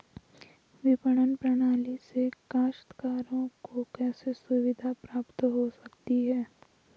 विपणन प्रणाली से काश्तकारों को कैसे सुविधा प्राप्त हो सकती है?